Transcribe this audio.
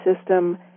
system